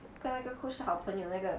跟那个 coach 是好朋友那个